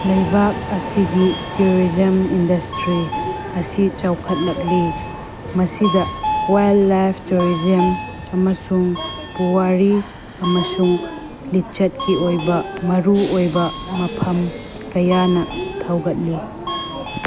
ꯂꯩꯕꯥꯛ ꯑꯁꯤꯒꯤ tourism industry ꯑꯁꯤ ꯆꯥꯎꯈꯠꯂꯛꯂꯤ ꯃꯁꯤꯗ ꯋꯥꯏꯜꯂꯥꯏꯐ ꯇꯨꯔꯤꯖꯝ ꯑꯃꯁꯨꯡ ꯄꯨꯋꯥꯔꯤ ꯑꯃꯁꯨꯡ ꯂꯤꯆꯠꯀꯤ ꯑꯣꯏꯕ ꯃꯔꯨꯑꯣꯏꯕ ꯃꯐꯝ ꯀꯌꯥꯅ ꯊꯧꯒꯠꯂꯤ